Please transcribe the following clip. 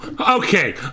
okay